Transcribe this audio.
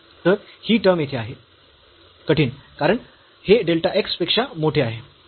तर ही टर्म येथे आहे कठीण कारण हे डेल्टा x पेक्षा मोठे आहे